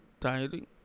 tiring